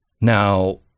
Now